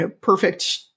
perfect